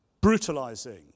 brutalizing